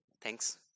Thanks